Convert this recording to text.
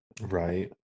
right